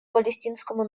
палестинскому